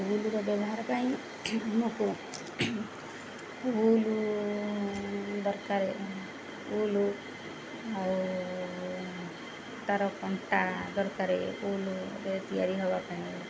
ଉଲର ବ୍ୟବହାର ପାଇଁ ଆମକୁ ଉଲ ଦରକାରେ ଉଲ ଆଉ ତାର କଣ୍ଟା ଦରକାର ଉଲ ତିଆରି ହେବା ପାଇଁ